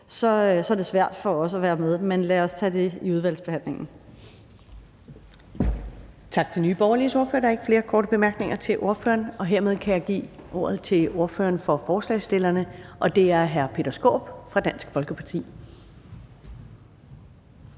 ofre, er svært for os at være med i. Men lad os tage det i udvalgsbehandlingen.